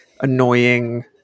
annoying